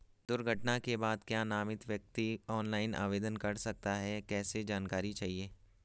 दुर्घटना के बाद क्या नामित व्यक्ति ऑनलाइन आवेदन कर सकता है कैसे जानकारी चाहिए?